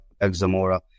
Examora